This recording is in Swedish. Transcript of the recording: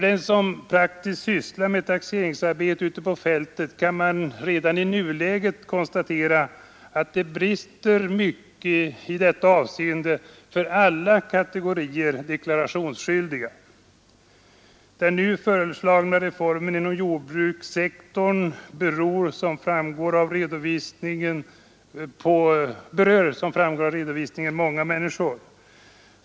Den som praktiskt sysslar med taxeringsarbete ute på fältet kan redan i nuläget konstatera att det brister mycket i detta avseende för alla kategorier deklarationsskyldiga. Den nu föreslagna reformen inom jordbrukssektorn berör, som framgår av redovisningen, många människor.